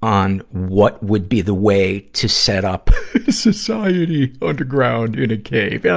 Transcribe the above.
on what would be the way to set up society underground in a cave. yeah